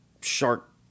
shark